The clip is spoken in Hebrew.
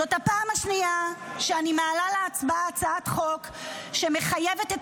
זאת הפעם השנייה שאני מעלה להצבעה הצעת חוק שמחייבת את